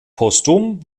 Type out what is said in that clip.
postum